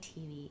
TV